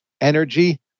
energy